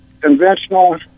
conventional